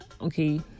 Okay